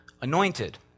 anointed